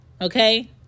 Okay